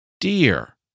dear